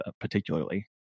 particularly